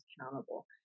accountable